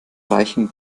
reichen